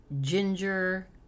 ginger